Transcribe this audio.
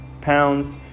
pounds